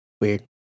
Weird